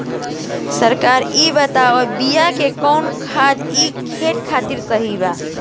सरकार इहे बतावत बिआ कि कवन खादर ई खेत खातिर सही बा